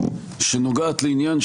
שנוגעת לעניין,